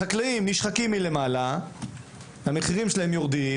החקלאים נשחקים מלמעלה, המחירים שלהם יורדים